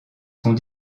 sont